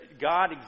God